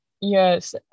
Yes